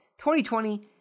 2020